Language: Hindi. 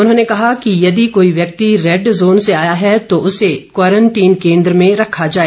उन्होंने कहा कि कहा कि यदि कोई व्यक्ति रेड जोन से आया है तो उसे क्वांरटीन केन्द्र में रखा जाए